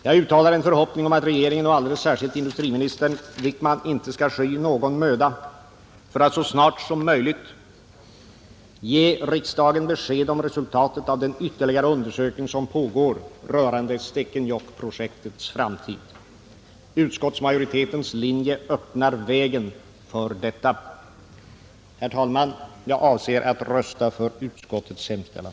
Jag uttalar en förhoppning om att regeringen och alldeles särskilt industriminister Wickman inte skall sky någon möda för att så snart som möjligt ge riksdagen besked om resultatet om den ytterligare undersökning som pågår rörande Stekenjokkprojektets framtid. Utskottsmajoritetens linje öppnar vägen för detta. Herr talman! Jag avser att rösta för utskottets hemställan,